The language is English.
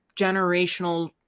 generational